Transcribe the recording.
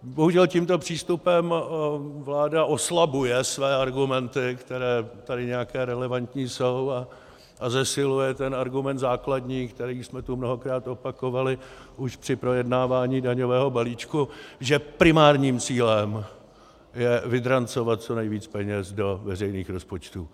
Bohužel tímto přístupem vláda oslabuje své argumenty, které tady nějaké relevantní jsou, a zesiluje ten argument základní, který jsme tu mnohokrát opakovali už při projednávání daňového balíčku, že primárním cílem je vydrancovat co nejvíc peněz do veřejných rozpočtů.